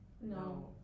No